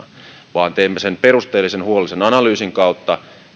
vaan teemme sen perusteellisen huolellisen analyysin kautta